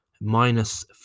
Minus